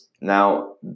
Now